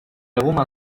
woman